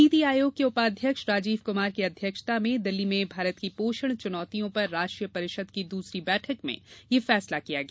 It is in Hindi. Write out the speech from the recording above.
नीति आयोग के उपाध्यक्ष राजीव कुमार की अध्यक्षता में दिल्ली में भारत की पोषण चुनौतियों पर राष्ट्रीय परिषद की दूसरी बैठक में यह फैसला किया गया